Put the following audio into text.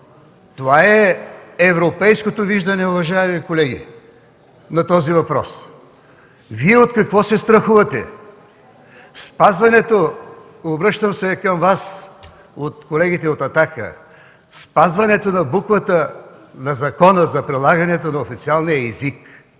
Това е европейското виждане, уважаеми колеги, на този въпрос. Вие от какво се страхувате? Обръщам се към колегите от „Атака”, спазването на буквата на Закона за прилагането на официалния език